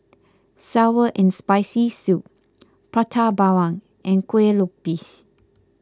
Sour and Spicy Soup Prata Bawang and Kueh Lopes